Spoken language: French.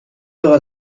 heures